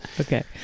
Okay